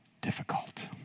difficult